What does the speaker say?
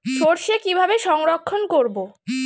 সরষে কিভাবে সংরক্ষণ করব?